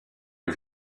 est